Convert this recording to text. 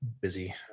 busy